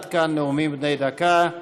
עד כאן נאומים בני דקה.